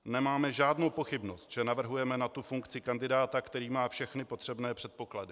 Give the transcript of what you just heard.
Nemáme žádnou pochybnost, že navrhujeme na tu funkci kandidáta, který má všechny potřebné předpoklady.